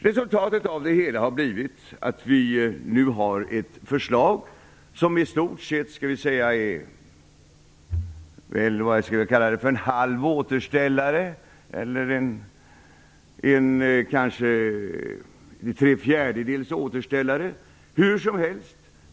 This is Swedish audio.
Resultatet har blivit att vi nu har ett förslag som i stort sett är vad vi skulle kunna kalla för en halv återställare eller kanske en trefjärdedels återställare.